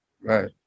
right